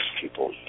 people